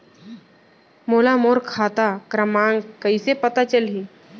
मोला मोर खाता क्रमाँक कइसे पता चलही?